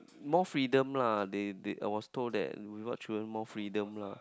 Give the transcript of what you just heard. more freedom lah they they I was told that what children more freedom lah